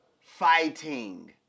Fighting